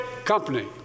company